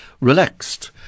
relaxed